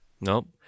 nope